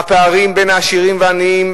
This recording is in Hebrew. שהפערים בין העשירים והעניים,